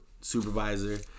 supervisor